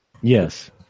Yes